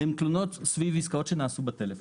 הן תלונות סביב עסקאות שנעשו בטלפון.